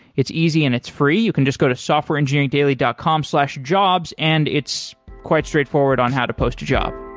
it's easy and it's free. you can just go to softwareengineeringdaily dot com slash jobs and it's quite straightforward on how to post a job